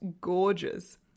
gorgeous